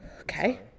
okay